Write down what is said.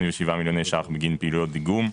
187 מיליוני שקלים נוצרו בגין פעילויות דיגום,